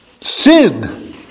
Sin